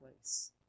place